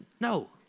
no